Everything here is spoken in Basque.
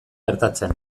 gertatzen